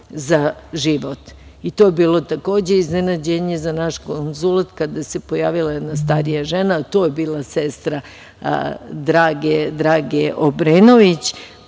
za život. I to je bilo takođe iznenađenje za naš konzulat kada se pojavila jedna starija žena, to je bila sestra Drage Obrenović,